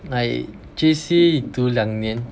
like J_C 你读两年